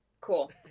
Cool